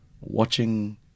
watching